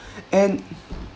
and